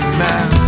man